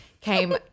came